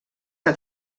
que